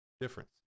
difference